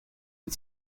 mit